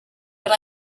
but